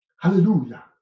Hallelujah